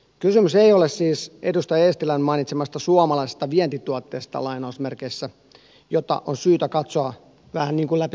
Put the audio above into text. kysymys ei ole siis edustaja eestilän mainitsemasta suomalaisesta vientituotteesta lainausmerkeissä jota on syytä katsoa vähän niin kuin läpi sormien